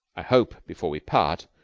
i hope, before we part,